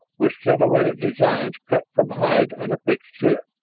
with silhouetted designs cut from hide and affixed to